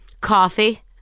Coffee